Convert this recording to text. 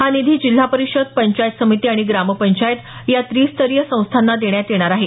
हा निधी जिल्हा परीषद पंचायत समिती आणि ग्राम पंचायत या त्रि स्तयरीय संस्थांना देण्यात येणार आहे